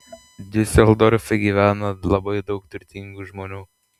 diuseldorfe gyvena labai daug turtingų žmonių